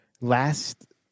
last